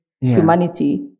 humanity